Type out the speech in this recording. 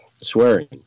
swearing